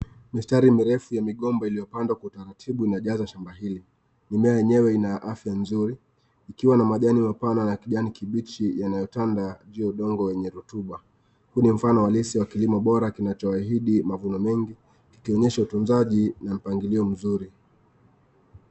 Mistari mirefu ya migomba iliyopandwa kwa utaratibu inajaza shamba hili. Mimea yenyewe ina afya nzuri, ikiwa na majani mapana na kijani kibichi yanayotanda juu ya udongo wenye rutuba. Huu ni mfano halisi wa kilimo bora kinachoahidi mavuno mengi, kikionyesha utunzaji na mpangilio mzuri.